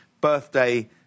birthday